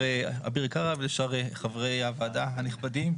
אביר קארה ולשאר חברי הוועדה הנכבדים.